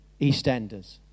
EastEnders